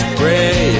pray